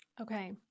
okay